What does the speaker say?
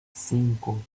cinco